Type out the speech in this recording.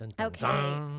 Okay